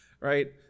right